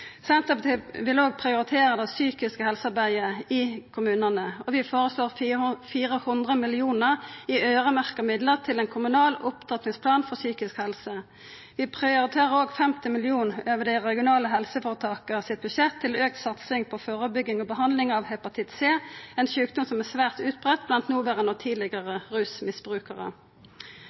Senterpartiet vil òg prioritera det psykiske helsearbeidet i kommunane, og vi føreslår 400 mill. kr i øyremerkte midlar til ein kommunal opptrappingsplan for psykisk helse. Vi prioriterer òg 50 mill. kr over budsjetta til dei regionale helseføretaka til auka satsing på førebygging og behandling av hepatitt C, ein sjukdom som er svært utbreidd blant noverande og tidlegare rusmisbrukarar.